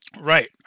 Right